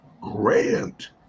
grant